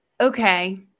Okay